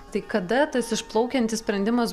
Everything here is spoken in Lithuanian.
tai kada tas išplaukiantis sprendimas